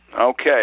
Okay